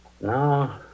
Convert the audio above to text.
No